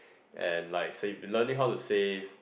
and like save learning how to save